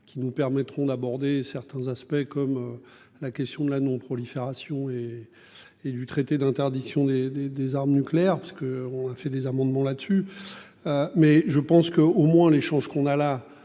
qui nous permettront d'aborder certains aspects comme. La question de la non-prolifération et. Et du traité d'interdiction des des des armes nucléaires parce. On a fait des amendements là-dessus. Mais je pense que, au moins les chances qu'on a là